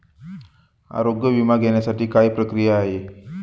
आरोग्य विमा घेण्यासाठी काय प्रक्रिया आहे?